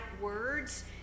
words